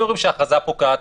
אם אומרים שההכרזה פוקעת,